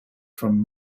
from